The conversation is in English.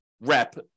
rep